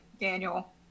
Daniel